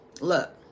Look